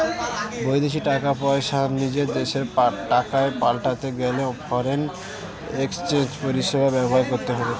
বিদেশী টাকা পয়সা নিজের দেশের টাকায় পাল্টাতে গেলে ফরেন এক্সচেঞ্জ পরিষেবা ব্যবহার করতে হবে